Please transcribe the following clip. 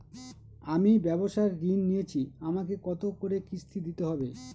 আমি ব্যবসার ঋণ নিয়েছি আমাকে কত করে কিস্তি দিতে হবে?